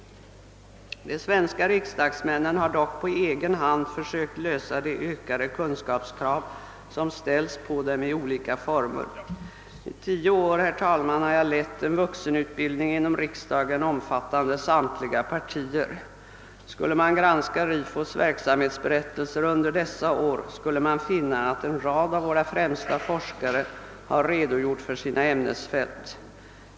De svenska riksdagsmännen har dock på egen hand försökt tillgodose de ökade kunskapskrav, som ställs på dem i olika former. I tio år, herr talman, har jag lett en vuxenutbildning inom riksdagen, omfattande samtliga partier. Skulle man granska RIFO:s verksamhetsberättelser under dessa år, skulle man finna, att en rad av våra främsta forskare har redogjort för sina ämnesfält.